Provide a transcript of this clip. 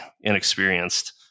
inexperienced